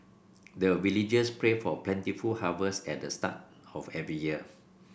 the villagers pray for plentiful harvest at the start of every year